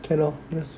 can lor